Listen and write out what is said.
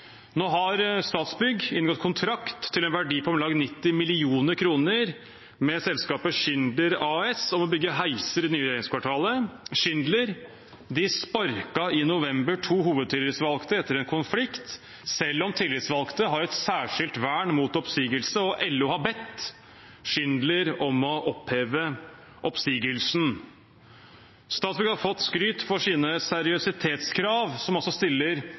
Nå har Statsbygg inngått kontrakt til en verdi av om lag 90 mill. kr med selskapet Schindler AS om å bygge heiser i det nye regjeringskvartalet. Schindler sparket i november to hovedtillitsvalgte etter en konflikt, selv om tillitsvalgte har et særskilt vern mot oppsigelse og LO har bedt Schindler om å oppheve oppsigelsen. Statsbygg har fått skryt for sine seriøsitetskrav, som altså stiller